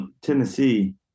Tennessee